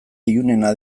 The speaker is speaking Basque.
ilunena